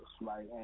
right